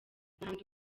n’ahandi